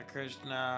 Krishna